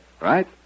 right